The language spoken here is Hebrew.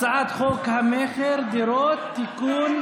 הצעת חוק המכר (דירות) (תיקון,